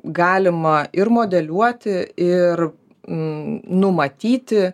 galima ir modeliuoti ir numatyti